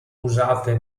usate